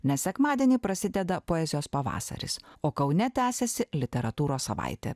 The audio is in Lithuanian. nes sekmadienį prasideda poezijos pavasaris o kaune tęsiasi literatūros savaitė